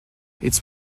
its